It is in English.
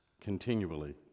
continually